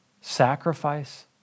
sacrifice